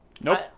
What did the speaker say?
Nope